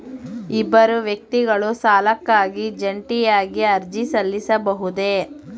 ಇಬ್ಬರು ವ್ಯಕ್ತಿಗಳು ಸಾಲಕ್ಕಾಗಿ ಜಂಟಿಯಾಗಿ ಅರ್ಜಿ ಸಲ್ಲಿಸಬಹುದೇ?